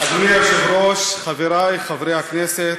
אדוני היושב-ראש, חברי חברי הכנסת,